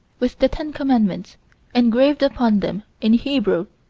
with the ten commandments engraved upon them, in hebrew,